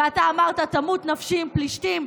ואתה אמרת: תמות נפשי עם פלישתים,